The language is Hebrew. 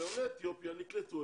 שעולי אתיופיה נקלטו,